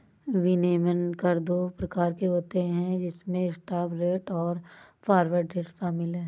विनिमय दर दो प्रकार के होते है जिसमे स्पॉट रेट और फॉरवर्ड रेट शामिल है